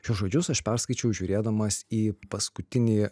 šiuos žodžius aš perskaičiau žiūrėdamas į paskutinį